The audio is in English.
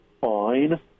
fine